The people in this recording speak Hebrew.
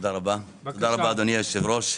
תודה רבה, אדוני היושב-ראש,